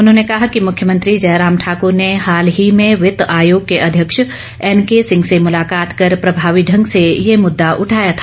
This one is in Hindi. उन्होंने कहा कि मुख्यमंत्री जयराम ठाकर ने हाल ही में वित्त आयोग के अध्यक्ष एनके सिंह से मुलाकात कर प्रभावी ढंग से ये मुद्दा उठाया था